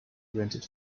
rented